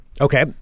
Okay